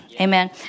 Amen